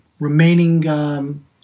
remaining